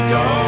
go